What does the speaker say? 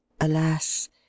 Alas